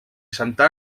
santa